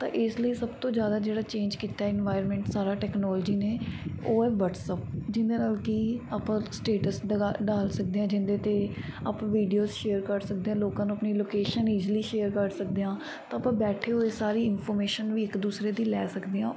ਤਾਂ ਇਸ ਲਈ ਸਭ ਤੋਂ ਜ਼ਿਆਦਾ ਜਿਹੜਾ ਚੇਂਜ ਕੀਤਾ ਇਨਵਾਇਰਮੈਂਟ ਸਾਰਾ ਟੈਕਨੋਲਜੀ ਨੇ ਉਹ ਹੈ ਵਟਸਅੱਪ ਜਿਹਦੇ ਨਾਲ ਕਿ ਆਪਾਂ ਸਟੇਟਸ ਲਗਾ ਡਾਲ ਸਕਦੇ ਹਾਂ ਜਿਹਦੇ 'ਤੇ ਆਪਾਂ ਵੀਡੀਓਸ ਸ਼ੇਅਰ ਕਰ ਸਕਦੇ ਹਾਂ ਲੋਕਾਂ ਨੂੰ ਆਪਣੀ ਲੋਕੇਸ਼ਨ ਈਜਲੀ ਸ਼ੇਅਰ ਕਰ ਸਕਦੇ ਹਾਂ ਤਾਂ ਆਪਾਂ ਬੈਠੇ ਹੋਏ ਸਾਰੀ ਇਨਫੋਰਮੇਸ਼ਨ ਵੀ ਇੱਕ ਦੂਸਰੇ ਦੀ ਲੈ ਸਕਦੇ ਹਾਂ